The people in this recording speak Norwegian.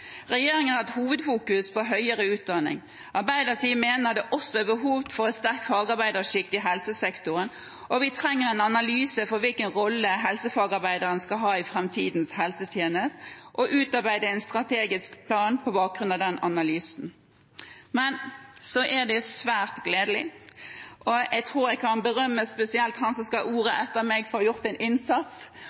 Regjeringen har hatt hovedfokus på høyere utdanning. Arbeiderpartiet mener det også er behov for et sterkt fagarbeidersjikt i helsesektoren. Vi trenger en analyse av hvilken rolle helsefagarbeideren skal ha i framtidens helsetjeneste og utarbeide en strategisk plan på bakgrunn av den analysen. Men det er svært gledelig – og jeg tror jeg kan berømme spesielt han som skal ha ordet etter meg, for å ha gjort en innsats